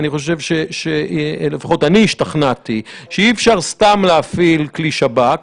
אני חושב שלפחות אני השתכנעתי שאי-אפשר סתם להפעיל כלי שב"כ.